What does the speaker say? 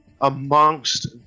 amongst